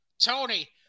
tony